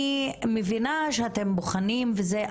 מבינה שאתם בוחנים וכל זה,